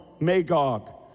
Magog